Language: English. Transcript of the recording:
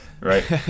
Right